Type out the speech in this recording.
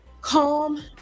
calm